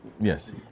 Yes